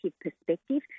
perspective